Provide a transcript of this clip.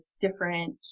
different